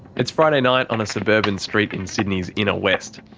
it's friday night on a suburban street in sydney's inner west.